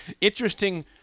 interesting